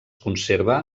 conserva